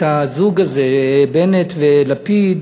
את הזוג הזה בנט ולפיד,